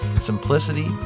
simplicity